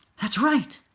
that's right!